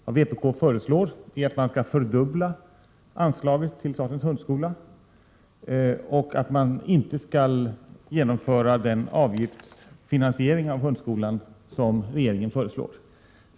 Vad vpk föreslår är att man skall fördubbla anslaget till statens hundskola, och att man inte skall genomföra den avgiftsfinansiering av hundskolan som regeringen föreslår.